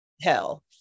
hell